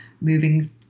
moving